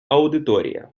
аудиторія